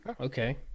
okay